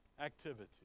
activity